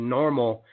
normal